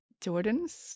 jordan's